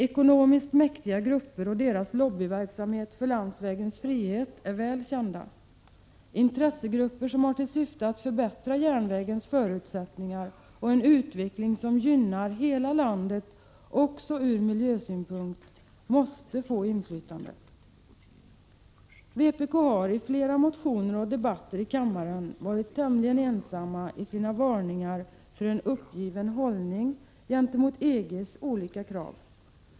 Ekonomiskt mäktiga gruppers lobbyverksamhet för landsvägens frihet är väl känd. Intressegrupper som har till syfte att förbättra järnvägens förutsättningar och åstadkomma en utveckling som gynnar hela landet också från miljösynpunkt måste få inflytande. Vpk har i flera motioner och debatter i kammaren varit tämligen ensam i sina varningar för en uppgiven hållning inför EG:s olika krav.